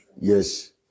Yes